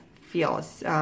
feels